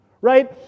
right